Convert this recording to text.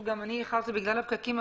גם אני איחרתי בגלל הפקקים,